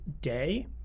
day